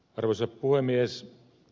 arvoisa puhemies